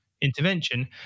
intervention